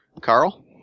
Carl